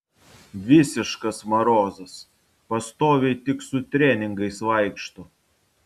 visiškas marozas pastoviai tik su treningais vaikšto